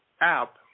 app